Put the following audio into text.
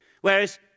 Whereas